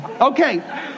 Okay